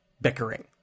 bickering